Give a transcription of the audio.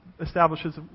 establishes